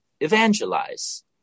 evangelize